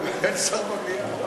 אין שר במליאה.